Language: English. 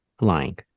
lying